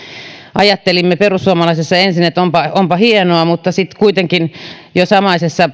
ajattelimme perussuomalaisissa ensin että onpa onpa hienoa mutta sitten kuitenkin jo samaisessa